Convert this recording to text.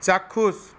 চাক্ষুষ